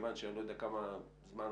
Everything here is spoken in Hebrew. כמו שאמר אליעזר נכון,